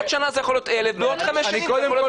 בעוד שנה זה יכול להיות 1,000 ובעוד חמש שנים --- אני קודם כל